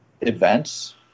events